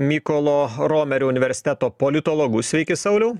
mykolo romerio universiteto politologų sveiki sauliau